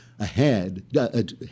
Ahead